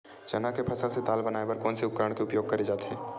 चना के फसल से दाल बनाये बर कोन से उपकरण के उपयोग करे जाथे?